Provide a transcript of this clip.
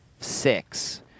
six